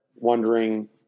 wondering